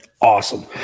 awesome